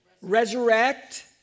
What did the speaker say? Resurrect